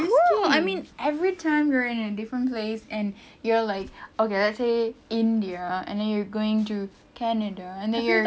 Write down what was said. cool I mean every time you're in a different place and you're like okay let's say india and then you going to canada and then you